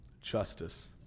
justice